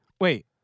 wait